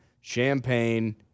champagne